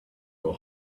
your